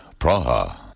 Praha